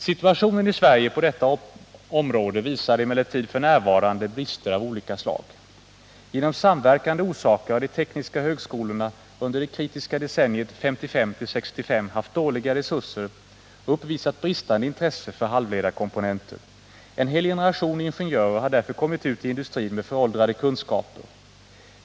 Situationen i Sverige på detta område visar emellertid f. n. brister av olika slag. Genom samverkande orsaker har de tekniska högskolorna under det kritiska decenniet 1955-1965 haft dåliga resurser och uppvisat bristande intresse för halvledarkomponenter. En hel generation ingenjörer har därför kommit ut i industrin med föråldrade kunskaper.